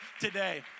today